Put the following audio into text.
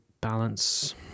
balance